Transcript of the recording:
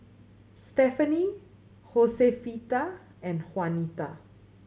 Stefanie Hosefita and Jaunita